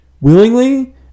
willingly